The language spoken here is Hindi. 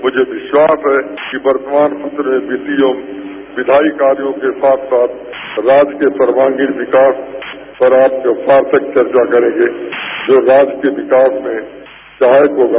मुझे विश्वास है कि वर्तमान सत्र में वित्तीय और विधायी कार्यो के साथ साथ राज्य के सर्वागीण विकास पर आप लोग सार्थक चर्चा करेंगे जो राज्य के विकास में सहायक होगा